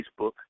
Facebook